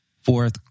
fourth